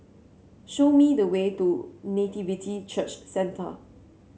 show me the way to Nativity Church Centre